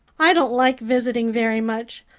i don't like visiting very much.